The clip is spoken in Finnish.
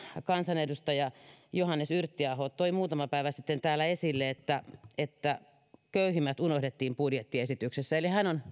kansanedustaja johannes yrttiaho toi muutama päivä sitten täällä esille että että köyhimmät unohdettiin budjettiesityksessä hän